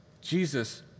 Jesus